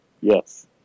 yes